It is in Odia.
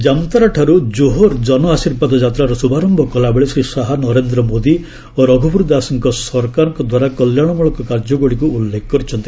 ଜାମ୍ତାରାରୁ ଜୋହର୍ ଜନ ଆଶୀର୍ବାଦ ଯାତ୍ରାର ଶୁଭାରମ୍ଭ କଲାବେଳେ ଶ୍ରୀ ଶାହା ନରେନ୍ଦ୍ର ମୋଦି ଓ ରଘୁବର ଦାସଙ୍କ ସରକାରଙ୍କଦ୍ୱାରା କଲ୍ୟାଣମୂଳକ କାର୍ଯ୍ୟଗୁଡ଼ିକୁ ଉଲ୍ଲେଖ କରିଛନ୍ତି